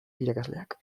irakasleak